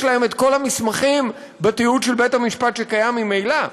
יש להם כל המסמכים בתיעוד של בית-המשפט שקיים ממילא.